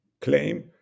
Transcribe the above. claim